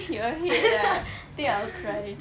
your head lah I think I'll cry